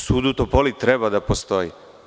Sud u Topoli treba da postoji.